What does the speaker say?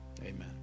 amen